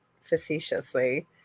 facetiously